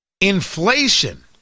Inflation